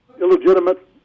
illegitimate